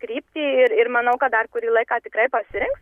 kryptį ir ir manau kad dar kurį laiką tikrai pasirinks